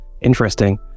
interesting